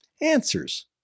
answers